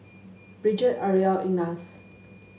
Brigette Ariella Ignatz